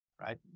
Right